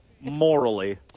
Morally